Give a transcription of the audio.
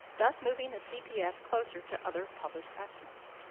thus moving the cps closer to other published estimates.